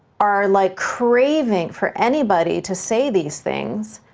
are like craving for anybody to say these things,